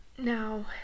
Now